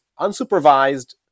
unsupervised